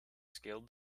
scaled